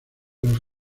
los